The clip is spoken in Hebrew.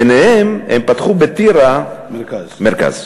ביניהם, הם פתחו בטירה מרכז.